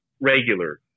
regular